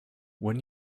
when